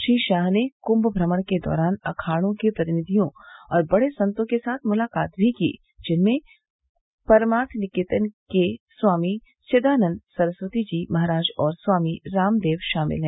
श्री शाह ने कुंभ भ्रमण के दौरान अखाड़ों के प्रतिनिधियों और बड़े संतों के साथ मुलाकात भी की जिनमें परमार्थ निकेतन के के स्वामी चिदानन्द सरस्वती जी महाराज और स्वामी रामदेव शामिल है